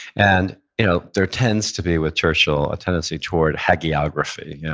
and you know there tends to be with churchill a tendency toward hagiography,